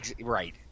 Right